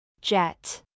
Jet